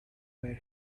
where